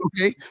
Okay